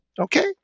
Okay